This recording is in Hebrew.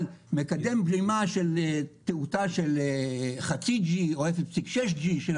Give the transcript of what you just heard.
אבל מקדם בלימה בתאוטה של 0.5G או 0.6G של